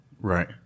Right